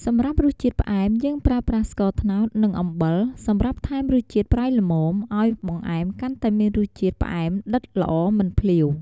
សម្រាប់រសជាតិផ្អែម យើងប្រើប្រាស់ ស្ករត្នោត និងអំបិល សម្រាប់ថែមរសជាតិប្រៃល្មម ឱ្យបង្អែមកាន់តែមានរសជាតិផ្អែមដិតល្អមិនភ្លាវ។